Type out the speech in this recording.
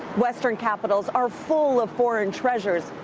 western capitals are full of foreign treasures,